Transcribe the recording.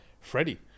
Freddie